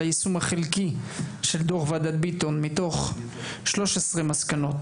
על היישום החלקי של דו"ח ועדת ביטון: מתוך 13 מסקנות